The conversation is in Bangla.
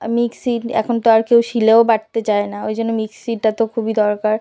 মিক্সি এখন তো আর কেউ শিলেও বাটতে চায় না ওই জন্য মিক্সিটা তো খুবই দরকার